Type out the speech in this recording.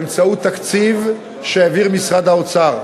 באמצעות תקציב שהעביר משרד האוצר.